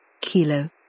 Kilo